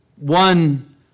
one